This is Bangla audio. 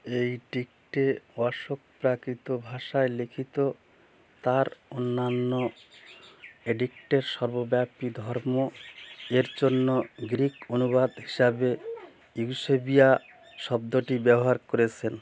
এই ডিক্টে অশোক প্রাকৃত ভাষায় লিখিত তাঁর অন্যান্য এডিক্টের সর্বব্যাপী ধর্ম এর জন্য গ্রীক অনুবাদ হিসাবে ইউসেবিয়া শব্দটি ব্যবহার করেছেন